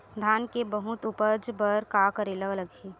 धान के बहुत उपज बर का करेला लगही?